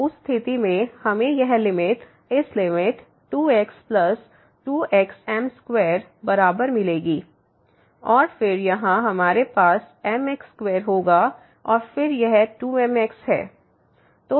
तो उस स्थिति में हमें यह लिमिट इस लिमिट 2x2xm2 बराबर मिलेगी और फिर यहाँ हमारे पास mx2 होगा और फिर यह 2mx है